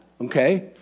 Okay